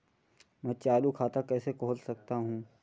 मैं चालू खाता कैसे खोल सकता हूँ?